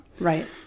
Right